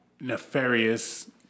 nefarious